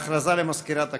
הודעה למזכירת הכנסת.